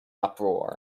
uproar